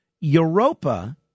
Europa